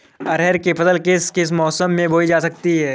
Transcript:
अरहर की फसल किस किस मौसम में बोई जा सकती है?